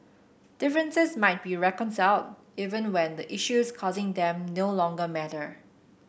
differences might not be reconciled even when the issues causing them no longer matter